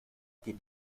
gehen